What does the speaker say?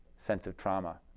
sense of trauma.